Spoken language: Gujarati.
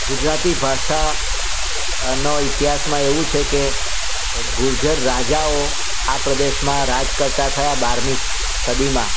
ગુજરાતી ભાષાનો ઇતિહાસમાં એવું છે કે ગુર્જર રાજાઓ આ પ્રદેશમાં રાજ કરતા થયા બારમી સદીમાં